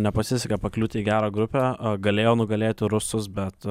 nepasisekė pakliūti į gerą grupę a galėjo nugalėti rusus bet